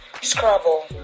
scrabble